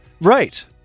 Right